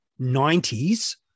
90s